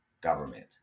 government